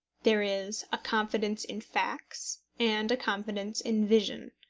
there is a confidence in facts and a confidence in vision.